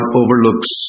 overlooks